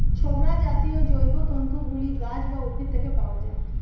ছোবড়া জাতীয় জৈবতন্তু গুলি গাছ বা উদ্ভিদ থেকে পাওয়া যায়